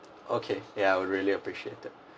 okay ya I would really appreciate it